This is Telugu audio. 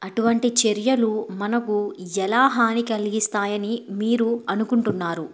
అటువంటి చర్యలు మనకు ఎలా హాని కలిగిస్తాయని మీరు అనుకుంటున్నారు